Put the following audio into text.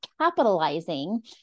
capitalizing